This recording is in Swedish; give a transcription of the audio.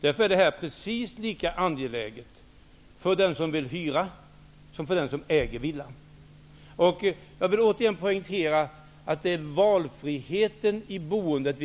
Därför är det här förslaget precis lika angeläget för den som vill hyra och för den som äger sin bostad. Jag vill återigen poängtera att vi i denna kammare